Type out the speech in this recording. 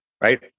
right